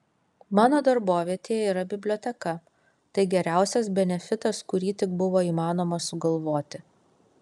mano darbovietėje yra biblioteka tai geriausias benefitas kurį tik buvo įmanoma sugalvoti